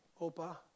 Opa